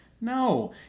No